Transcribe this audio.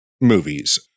movies